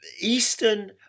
eastern